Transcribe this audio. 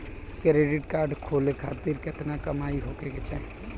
Credit card खोले खातिर केतना कमाई होखे के चाही?